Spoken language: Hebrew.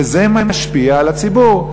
וזה משפיע על הציבור?